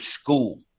school